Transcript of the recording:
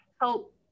help